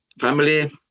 family